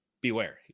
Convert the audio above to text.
beware